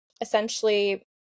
essentially